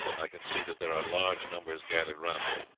i can see that there are large numbers gathered round it.